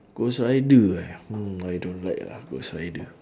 ghost rider eh no I don't like ah ghost rider